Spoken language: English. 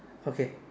okay